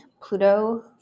Pluto